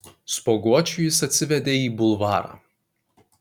spuoguočių jis atsivedė į bulvarą